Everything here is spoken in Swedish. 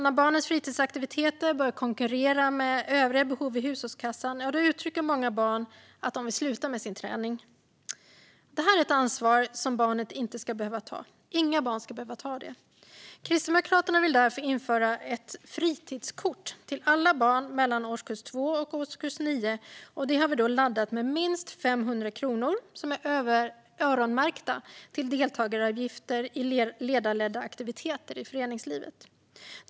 När barnens fritidsaktiviteter börjar konkurrera med övriga behov i hushållskassan uttrycker många barn att de vill sluta med sin träning. Detta är ett ansvar som barnen inte ska behöva ta - inga barn ska behöva ta det. Kristdemokraterna vill därför införa ett fritidskort för alla barn mellan årskurs 2 och årskurs 9, som är laddat med minst 500 kronor som är öronmärkta för deltagaravgifter i ledarledda aktiviteter i föreningslivet.